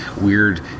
weird